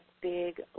big